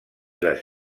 les